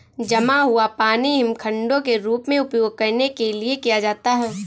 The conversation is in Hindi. जमा हुआ पानी हिमखंडों के रूप में उपयोग करने के लिए किया जाता है